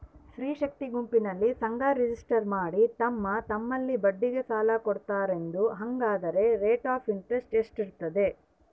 ಸ್ತ್ರೇ ಶಕ್ತಿ ಗುಂಪಿನಲ್ಲಿ ಸಂಘ ರಿಜಿಸ್ಟರ್ ಮಾಡಿ ತಮ್ಮ ತಮ್ಮಲ್ಲೇ ಬಡ್ಡಿಗೆ ಸಾಲ ಕೊಡ್ತಾರಂತೆ, ಹಂಗಾದರೆ ರೇಟ್ ಆಫ್ ಇಂಟರೆಸ್ಟ್ ಎಷ್ಟಿರ್ತದ?